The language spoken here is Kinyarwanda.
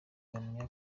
ahamya